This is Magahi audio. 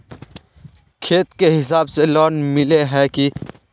खेत के हिसाब से लोन मिले है की?